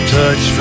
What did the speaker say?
touch